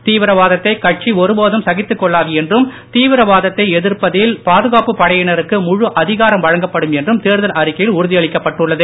தீவிரவாதத்தை கட்சி ஒருபோதும் சகித்துக் கொள்ளாது என்றும் தீவிரவாதத்தை எதிர்ப்பதில் பாதுகாப்பு படையினருக்கு முழு அதிகாரம் வழங்கப்படும் என்றும் தேர்தல் அறிக்கையில் உறுதியளிக்கப்பட்டுள்ளது